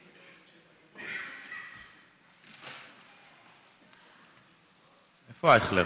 איפה אייכלר?